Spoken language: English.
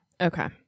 okay